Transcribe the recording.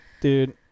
Dude